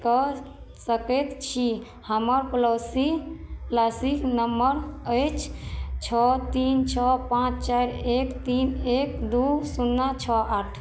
कऽ सकैत छी हमर पॉलिसी लसी नम्बर अछि छओ तीन छओ पाँच चारि एक तीन एक दू शुन्ना छओ आठ